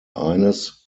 eines